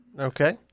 Okay